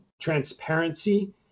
transparency